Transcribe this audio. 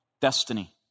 destiny